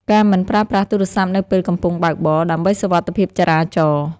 ការមិនប្រើប្រាស់ទូរស័ព្ទនៅពេលកំពុងបើកបរ ដើម្បីសុវត្ថិភាពចរាចរណ៍។